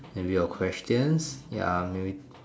maybe your questions ya maybe